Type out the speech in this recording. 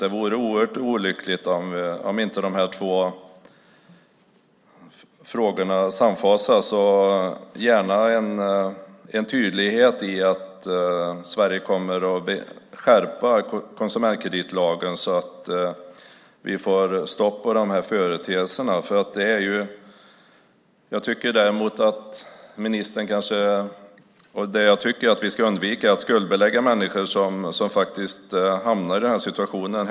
Det vore oerhört olyckligt om inte de här två frågorna fasas samman och vi får en tydlighet om att Sverige kommer att skärpa konsumentkreditlagen så att vi får stopp på de här företeelserna. Jag tycker att vi ska undvika att skuldbelägga människor som hamnar i den här situationen.